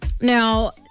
Now